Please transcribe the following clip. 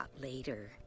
later